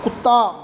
ਕੁੱਤਾ